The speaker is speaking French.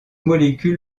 molécule